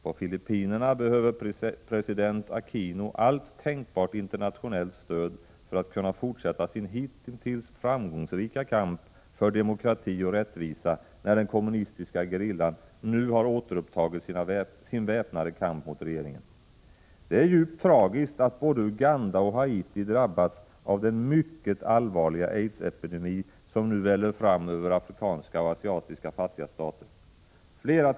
På Filippinerna behöver president Aquino allt tänkbart internationellt stöd för att kunna fortsätta sin hittills framgångsrika kamp för demokrati och rättvisa när den kommunistiska gerillan nu har återupptagit sin väpnade kamp mot regeringen. Det är djupt tragiskt att både Uganda och Haiti drabbats av den mycket allvarliga aidsepidemi som nu väller fram över afrikanska och asiatiska fattiga stater.